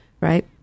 right